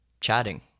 chatting